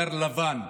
נייר לבן.